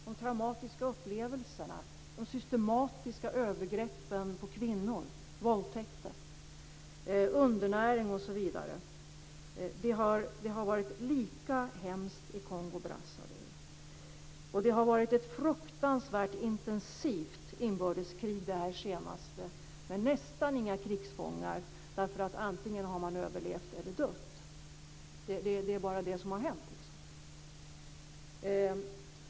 De traumatiska upplevelserna, de systematiska övergreppen på kvinnor, våldtäkterna, undernäringen osv. har varit lika hemska i Kongo Brazzaville. Det senaste inbördeskriget har varit fruktansvärt med nästan inga krigsfångar - antingen har man överlevt eller dött. Det är bara det som har hänt.